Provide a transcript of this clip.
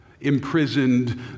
imprisoned